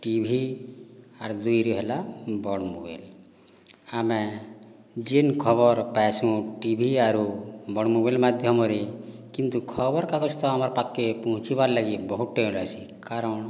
TV ଆର୍ ଦୁଇରେ ହେଲା ବଡ଼୍ ମୋବାଇଲ୍ ଆମେ ଯେନ୍ ଖବର ପାଏସୁଁ ଟିଭି ଆରୁ ବଡ଼୍ ମୋବାଇଲ୍ ମାଧ୍ୟମରେ କିନ୍ତୁ ଖବର କାଗଜ ତ ଆମର୍ ପାଖ୍କେ ପୁହଞ୍ଚବାର୍ ଲାଗି ବହୁତ ଟାଇମ୍ ଲାଗ୍ସି କାରଣ